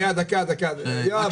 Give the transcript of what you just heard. שנייה, יואב,